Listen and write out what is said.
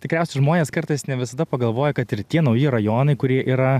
tikriausiai žmonės kartais ne visada pagalvoja kad ir tie nauji rajonai kurie yra